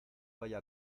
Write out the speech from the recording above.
vaya